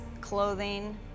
clothing